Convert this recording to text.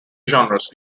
genres